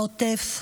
העוטף,